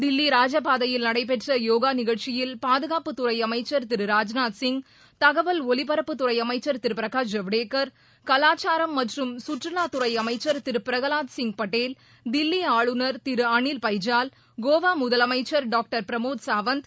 தில்லி ராஜபாதையில் நடைபெற்ற யோகா நிகழ்ச்சியில் பாதுகாப்புத்துறை அமைச்சர் திரு ராஜ்நாத் சிங் தகவல் ஒலிபரப்புத்துறை அமைச்சர் திரு பிரகாஷ் ஜவடேகர் கலச்சாரம் மற்றும் சுற்றுவாத்துறை அமைச்சர் திரு பிரகலாத் சிங் பட்டேல் தில்லி ஆளுநர் திரு அணில் பைஜால் கோவா முதலமைச்சர் டாக்டர் பிரமோத் சாவந்த்